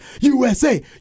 USA